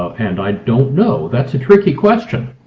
ah and i don't know. that's a tricky question.